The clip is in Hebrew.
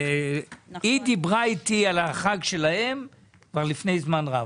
היא דיברה איתי על החג שלהם כבר לפני זמן רב.